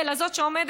אלא זאת שעומדת,